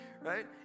right